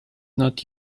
not